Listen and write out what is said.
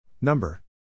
number